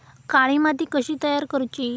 काळी माती कशी तयार करूची?